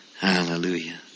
Hallelujah